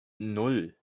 nan